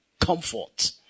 comfort